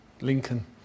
Lincoln